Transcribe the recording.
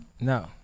No